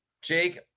Jake